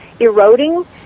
eroding